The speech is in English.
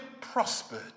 prospered